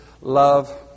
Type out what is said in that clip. love